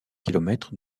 kilomètres